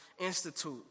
institute